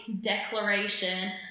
declaration